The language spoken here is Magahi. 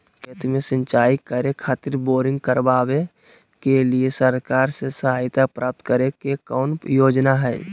खेत में सिंचाई करे खातिर बोरिंग करावे के लिए सरकार से सहायता प्राप्त करें के कौन योजना हय?